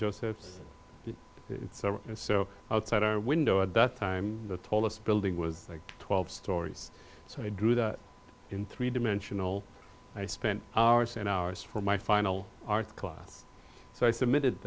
josephs and so outside our window at that time the tallest building was like twelve stories so i drew that in three dimensional i spent hours and hours for my final art class so i submitted